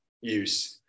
use